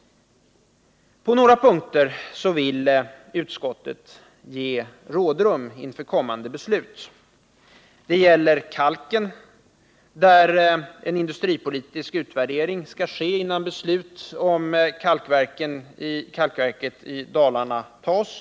På några punkter vill utskottet ge rådrum inför kommande beslut. Det gäller kalken, där en industripolitisk utvärdering skall ske innan beslut om kalkverket i Dalarna tas.